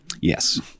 Yes